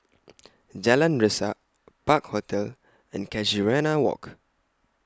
Jalan Resak Park Hotel and Casuarina Walk